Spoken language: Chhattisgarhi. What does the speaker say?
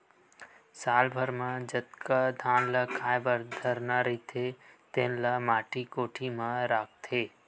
साल भर म जतका धान ल खाए बर धरना रहिथे तेन ल माटी कोठी म राखथे